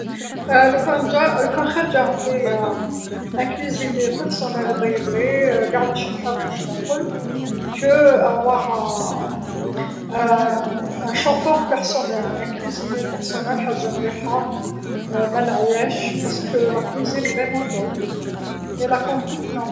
لوكان جا لوكان غير جا عندي طباخ شخصي يطيبلي قاع واش نحب واش ناكل على يكون عندي سائق شخصي، طباخ شخصي حاجه مليحه، منعياش على خاطرش الكوزينه صح تعيي، لكن السياقه لا.